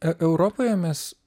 e europoje mes